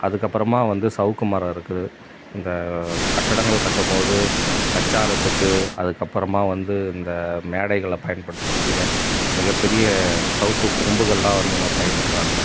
அதுக்கப்புறமா வந்து சவுக்கு மரம் இருக்குது இந்த கட்டடங்கள் கட்டும்போது அச்சாரத்துக்கு அதுக்கப்புறமா வந்து இந்த மேடைகளில் பயன்படுத்தக்கூடிய மிகப்பெரிய சவுக்கு கொம்புகளெலாம் வந்து இங்கே பயிரிடுறாங்க